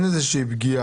לא.